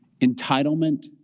entitlement